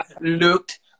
looked